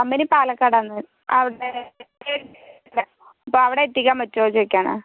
company Palakkad ആണ് അപ്പോൾ അവിടെ എത്തിക്കാൻ പറ്റുവൊന്ന് ചോദിക്കാനാണ്